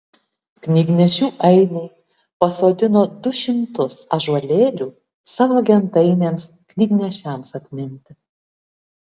knygnešių ainiai pasodino du šimtus ąžuolėlių savo gentainiams knygnešiams atminti